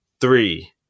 three